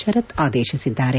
ಶರತ್ ಆದೇಶಿಸಿದ್ದಾರೆ